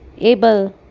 able